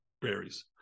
berries